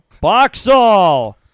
Boxall